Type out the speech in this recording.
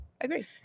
agree